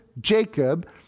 Jacob